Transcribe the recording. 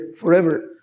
forever